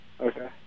Okay